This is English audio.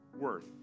worth